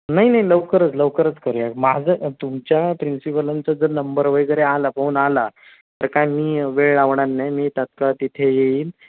नाही नाही लवकरच लवकरच करूया माझं तुमच्या प्रिन्सिपलांचा जर नंबर वगैरे आला फोन आला तर काय मी वेळ लावणार नाही मी तात्काळ तिथे येईन